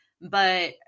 But-